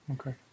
Okay